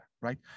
right